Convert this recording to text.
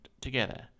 together